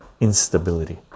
instability